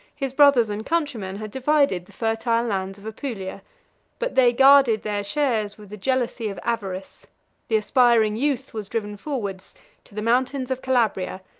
his brothers and countrymen had divided the fertile lands of apulia but they guarded their shares with the jealousy of avarice the aspiring youth was driven forwards to the mountains of calabria,